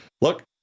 look